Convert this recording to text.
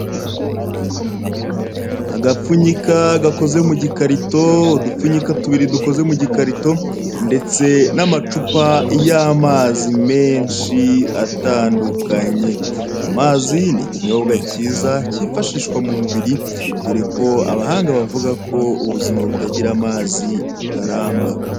Agapfunyika gakoze mu gikarito, udupfunika tubiri dukoze mu gikatito, ndetse n'amacupa y'amazi menshi, atandukanye. Amazi ni ikinyobwa kiza kifashishwa mu mubiri, dore ko abahanga bavuga ko ubuzima butagira amazi butaramba.